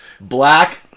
black